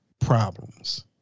problems